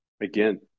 again